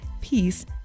peace